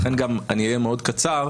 לכן גם אני אהיה מאוד קצר,